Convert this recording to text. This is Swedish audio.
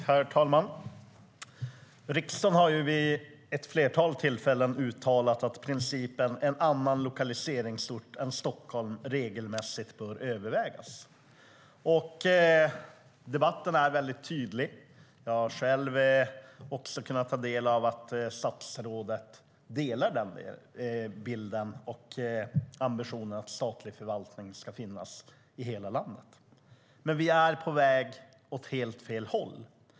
Herr talman! Riksdagen har vid ett flertal tillfällen uttalat att principen om en annan lokaliseringsort än Stockholm regelmässigt bör övervägas. Debatten är mycket tydlig. Jag har kunnat ta del av att statsrådet delar denna bild och ambitionen att statlig förvaltning ska finnas i hela landet. Men vi är på väg åt helt fel håll.